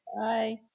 bye